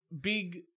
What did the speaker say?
big